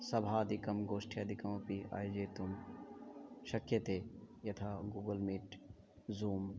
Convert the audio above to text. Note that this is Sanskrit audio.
सभादिकं गोष्ठ्यादिकमपि आयोजयितुं शक्यते यथा गूगल् मीट् ज़ूम्